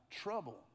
trouble